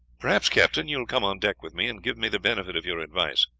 perhaps, captain, you will come on deck with me and give me the benefit of your advice.